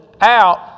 out